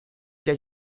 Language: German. der